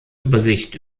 übersicht